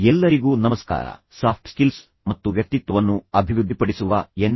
ಎಲ್ಲರಿಗೂ ನಮಸ್ಕಾರ soft skills ಮತ್ತು ವ್ಯಕ್ತಿತ್ವವನ್ನು ಅಭಿವೃದ್ಧಿಪಡಿಸುವ ಎನ್